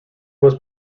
was